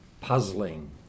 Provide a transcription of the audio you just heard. puzzling